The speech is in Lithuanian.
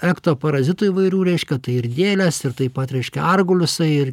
ektoparazitų įvairių reiškia tai ir dėles ir taip pat reiškia arguliusai ir